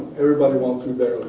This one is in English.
everybody wants three